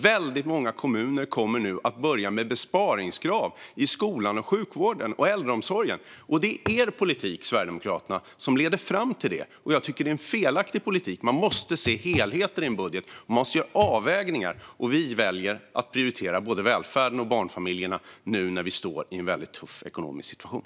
Väldigt många kommuner kommer nu att börja med besparingskrav i skolan, sjukvården och äldreomsorgen. Det är Sverigedemokraternas politik som leder fram till det, och jag tycker att det är en felaktig politik. Man måste se helheten i en budget, och man måste göra avvägningar. Vi väljer att prioritera både välfärden och barnfamiljerna nu när vi står i en väldigt tuff ekonomisk situation.